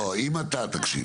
לא, אם אתה, תקשיב.